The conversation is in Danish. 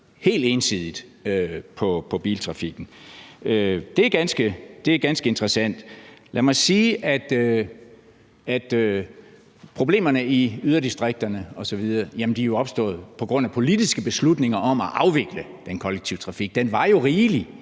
helt ensidigt på biltrafikken. Det er ganske interessant. Lad mig sige, at problemerne i yderdistrikterne osv. jo er opstået på grund af politiske beslutninger om at afvikle den kollektive trafik. Der var jo rigeligt